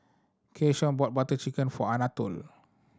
Keyshawn bought Butter Chicken for Anatole